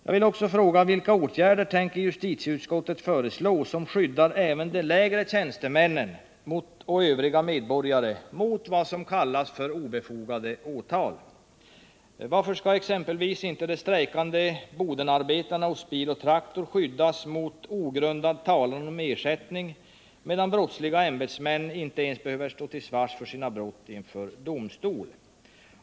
Jag vill också fråga: Vilka åtgärder tänker justitieutskottet föreslå som skyddar även de lägre tjänstemännen och övriga medborgare mot vad som kallas ”obefogade åtal”? Varför skall exempelvis inte de strejkande Bodenarbetarna hos Bil & Traktor skyddas mot ”ogrundad talan om ersättning” när brottsliga ämbetsmän inte ens behöver stå till svars för sina brott inför domstol?